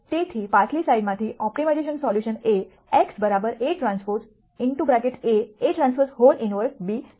તેથી પાછલી સ્લાઇડમાંથી ઓપ્ટિમાઇઝેશન સોલ્યુશન એ x Aᵀ A Aᵀ 1 b છે